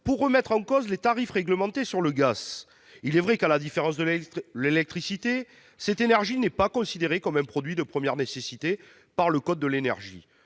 pour remettre en cause les tarifs réglementés du gaz. Il est vrai qu'à la différence de l'électricité cette énergie n'est pas considérée comme un produit de première nécessité au sein du code de l'énergie.